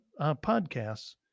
podcasts